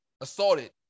assaulted